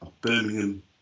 Birmingham